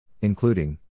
including